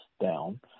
down